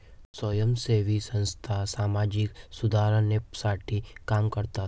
स्वयंसेवी संस्था सामाजिक सुधारणेसाठी काम करतात